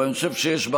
אבל אני חושב שיש בה,